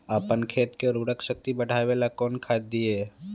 अपन खेत के उर्वरक शक्ति बढावेला कौन खाद दीये?